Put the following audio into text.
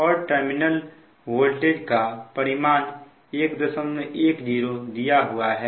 और terminal voltage का परिमाण 110 दिया हुआ है